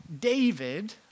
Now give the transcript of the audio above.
David